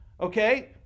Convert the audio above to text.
Okay